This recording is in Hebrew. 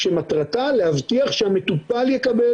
זו הגדרתו בחוק נכון לעת הזו,